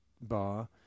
bar